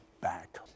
back